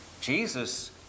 Jesus